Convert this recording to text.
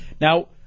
Now